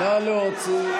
בושה.